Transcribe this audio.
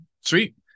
Sweet